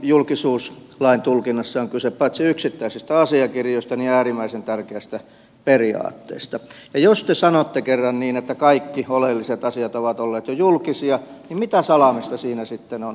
tässä julkisuuslain tulkinnassahan on kyse paitsi yksittäisistä asiakirjoista myös äärimmäisen tärkeästä periaatteesta ja jos te sanotte kerran niin että kaikki oleelliset asiat ovat olleet jo julkisia niin mitä salaamista siinä sitten on